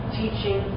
teaching